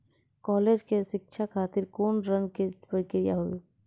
College के शिक्षा खातिर कौन ऋण के प्रक्रिया हुई?